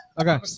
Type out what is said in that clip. Okay